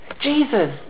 Jesus